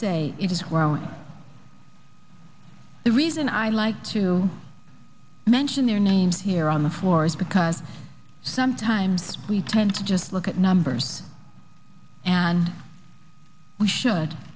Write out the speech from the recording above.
and the reason i like to mention their names here on the floor is because sometimes we tend to just look at numbers and we should